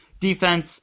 defense